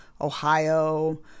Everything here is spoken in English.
Ohio